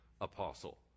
apostle